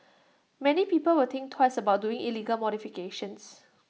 many people will think twice about doing illegal modifications